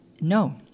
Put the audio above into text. no